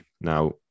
Now